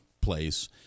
place